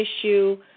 issue